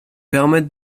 permettre